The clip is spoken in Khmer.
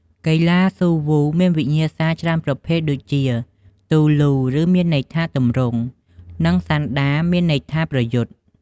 កីឡាវ៉ូស៊ូមានវិញ្ញាសាច្រើនប្រភេទដូចជា ទូលូ ឬមានន័យថា ទម្រង់ និងសាន់ដា មានន័យថាប្រយុទ្ធ។